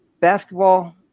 basketball